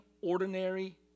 ordinary